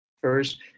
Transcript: first